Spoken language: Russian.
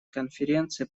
конференции